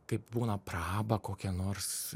kai būna praba kokia nors